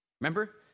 Remember